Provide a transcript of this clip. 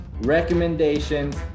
recommendations